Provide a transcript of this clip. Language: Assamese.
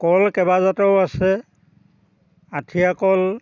কল কেইবা জাতৰো আছে আঠিয়া কল